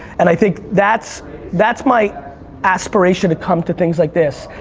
and i think that's that's my aspiration to come to things like this.